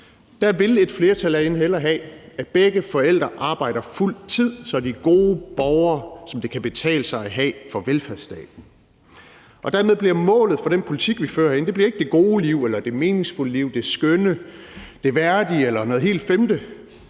Der vil et flertal herinde hellere have, at begge forældre arbejder fuldtid, så de er gode borgere, som det kan betale sig at have for velfærdsstaten. Dermed bliver målet for den politik, vi fører herinde, ikke det gode liv eller det meningsfulde liv, det skønne, det værdige eller noget helt femte,